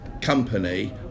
company